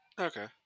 Okay